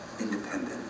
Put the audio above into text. Independent